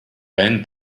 ben